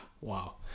wow